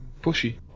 Pushy